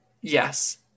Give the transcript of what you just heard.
yes